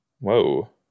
Whoa